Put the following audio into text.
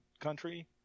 country